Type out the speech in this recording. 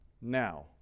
Now